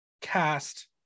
cast